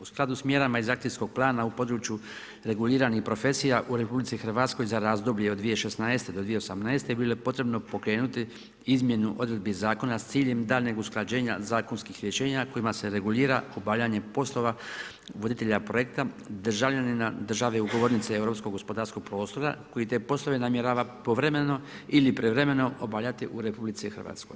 U skladu s mjerama iz akcijskog plana u području reguliranih profesija u RH za razdoblje od 2016. do 2018. bilo je potrebno pokrenuti izmjenu odredbi zakona s ciljem daljnjeg usklađenja zakonskih rješenja kojima se regulira obavljanje poslova voditelja projekta državljanina države ugovornice europskog gospodarskog prostora koji te poslove namjerava povremeno ili prijevremeno obavljati u RH.